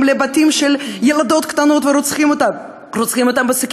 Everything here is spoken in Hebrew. לבתים של ילדות קטנות ורוצחים אותן בסכינים?